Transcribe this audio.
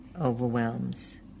overwhelms